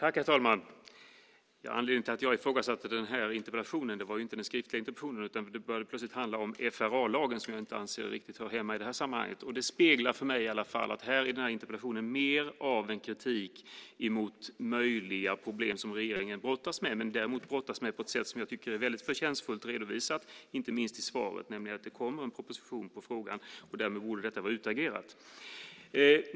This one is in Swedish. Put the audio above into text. Herr talman! Anledningen till att jag ifrågasatte interpellationen var inte den skriftliga interpellationen som sådan utan att det här plötsligt började handla om FRA-lagen, som jag anser inte riktigt hör hemma i det här sammanhanget. Det speglar för mig att den här interpellationen är mer en kritik mot möjliga problem som regeringen brottas med. Men man brottas med dem på ett sätt som är förtjänstfullt redovisat, inte minst i svaret, nämligen att det kommer en proposition i frågan. Därmed borde detta vara utagerat.